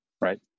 Right